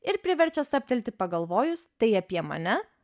ir priverčia stabtelti pagalvojus tai apie mane